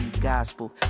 gospel